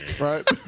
right